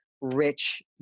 rich